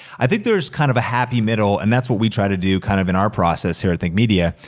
i think there's kind of a happy middle and that's what we try to do kind of, in our process here at think media.